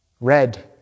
Red